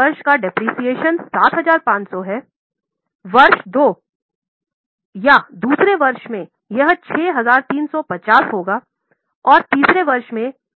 मूल्यह्रास कहते है